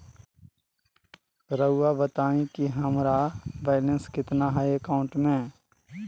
रहुआ बताएं कि हमारा बैलेंस कितना है अकाउंट में?